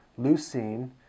leucine